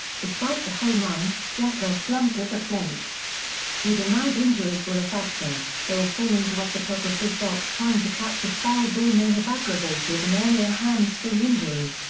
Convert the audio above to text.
despite the home run, jeter slumped at the plate he denied injuries were a factor, though a fall into a photographer's box trying to catch a foul ball may have aggravated an earlier hamstring injury.